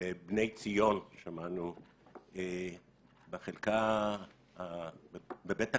בבני ציון בבית הקברות,